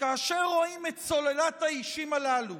וכאשר רואים את סוללת האישים הללו,